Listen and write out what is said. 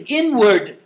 inward